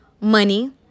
money